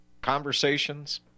conversations